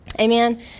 Amen